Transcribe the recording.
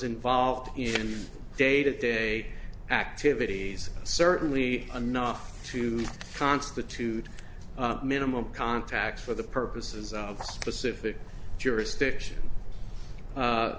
involved in day to day activities certainly enough to constitute minimal contacts for the purposes of a specific jurisdiction